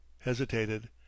Hesitated